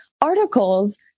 articles